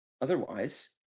Otherwise